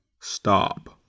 stop